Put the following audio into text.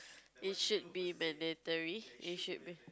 it should be mandatory it should be